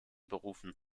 berufen